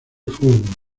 fútbol